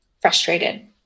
frustrated